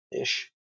ish